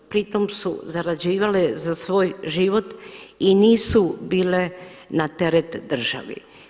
Pritom su zarađivale za svoj život i nisu bile na teret državi.